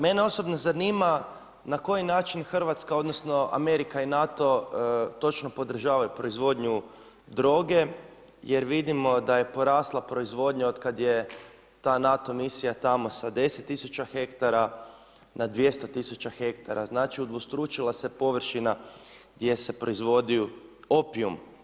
Mene osobno zanima na koji način Hrvatska odnosno Amerika i NATO točno podržavaju proizvodnju droge jer vidimo da je porasla proizvodnja od kada je ta NATO misija tamo sa 10.000 hektara na 200.000 tisuća hektara, znači udvostručila se površina gdje se proizvodi opijum.